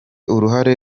uruhare